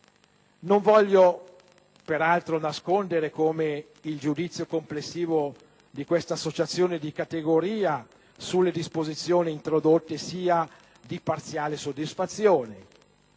Non voglio, peraltro, nascondere come il giudizio complessivo di questa associazione di categoria sulle disposizioni introdotte sia di parziale soddisfazione: